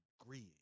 agreeing